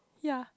yea